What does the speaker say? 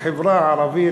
החברה הערבית,